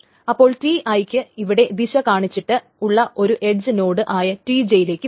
അപ്പോൾ Ti ക്ക് അവിടെ ദിശ കാണിച്ചിട്ട് ഉള്ള ഒരു എഡ്ജ് നോഡ് ആയ Tj യിലേക്ക് വരും